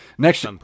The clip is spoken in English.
Next